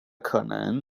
可能